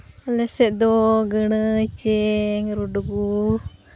ᱟᱞᱮᱥᱮᱫ ᱫᱚ ᱜᱟᱹᱲᱟᱹᱭ ᱪᱮᱝ ᱨᱩᱰᱜᱩ